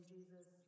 Jesus